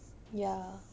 ya